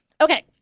okay